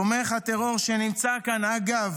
תומך הטרור שנמצא כאן, אגב,